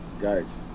Guys